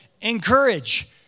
encourage